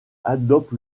adopte